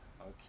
okay